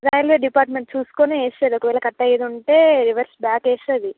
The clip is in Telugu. రైల్వే డిపార్ట్మెంట్ చూసుకొని వేస్తుంది ఒకవేళ కట్ అయ్యేది ఉంటే రివర్స్ బ్యాక్ వేస్తుంది